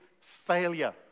failure